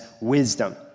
wisdom